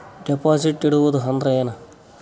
Deposit ಇಡುವುದು ಅಂದ್ರ ಏನ?